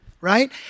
right